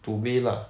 to me lah